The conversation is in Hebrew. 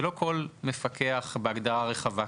ולא כל מפקח בהגדרה רחבה.